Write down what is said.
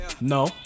No